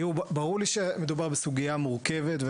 ברור לי שמדובר בסוגיה מורכבת,